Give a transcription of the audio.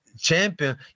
champion